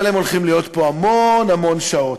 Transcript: אבל הם הולכים להיות פה המון המון שעות.